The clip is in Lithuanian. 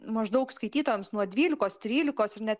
maždaug skaitytojams nuo dvylikos trylikos ir net